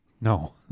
No